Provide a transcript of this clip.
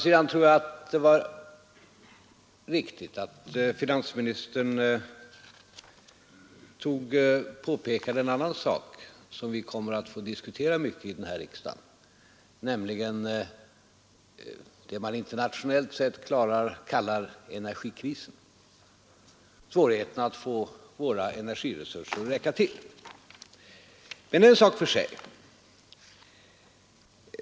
Jag tror dock att det var viktigt att finansministern påpekade en annan sak, som vi kommer att få diskutera mycket i riksdagen, nämligen det man internationellt sett kallar energikrisen, svårigheten att få våra energiresurser att räcka till. Men det är en sak för sig.